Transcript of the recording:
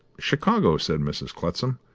chicago, said mrs. clutsam,